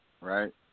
right